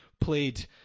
played